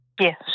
Yes